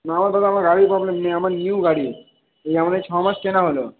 না দাদা আমার গাড়ির প্রবলেম নেই আমার নিউ গাড়ি এই আমাদের ছমাস কেনা হল